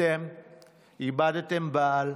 אתם איבדתם בעל,